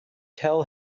tell